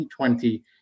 2020